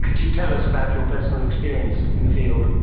you tell us about your personal experience in the field?